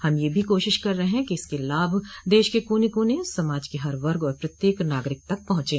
हम यह भी कोशिश कर रहे हैं कि इसके लाभ देश के काने कोने समाज के हर वर्ग और प्रत्येक नागरिक तक पहुंचे